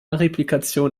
replikation